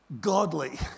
godly